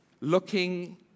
looking